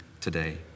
today